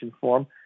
form